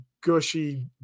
gushy